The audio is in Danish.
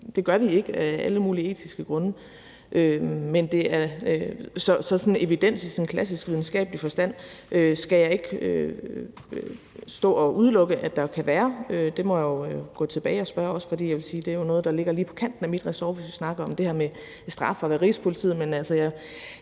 det gør vi ikke af alle mulige etiske grunde. Så evidens i klassisk videnskabelig forstand skal jeg ikke stå og udelukke at der kan være – det må jeg jo gå tilbage og spørge om, også fordi, vil jeg sige, at det jo er noget, der ligger lige på kanten af mit ressort, hvis vi snakker om det her med straf og Rigspolitiet.